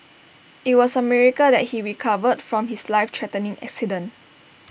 IT was A miracle that he recovered from his life threatening accident